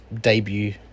debut